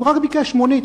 הוא רק ביקש מונית,